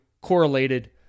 correlated